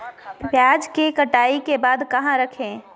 प्याज के कटाई के बाद कहा रखें?